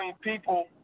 people